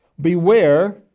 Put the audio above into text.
Beware